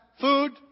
food